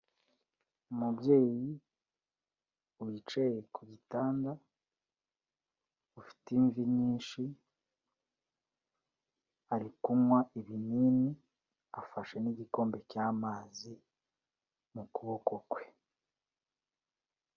Umubyeyi wicaye ku gitanda ufite imvi nyinshi, ari kunywa ibinini afashe n'igikombe cy'amazi mu kuboko kwe.